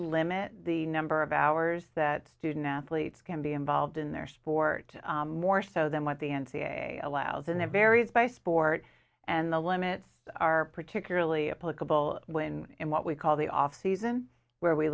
limit the number of hours that student athletes can be involved in their sport more so than what the n c a a allows in their varies by sport and the limits are particularly applicable when in what we call the off season where we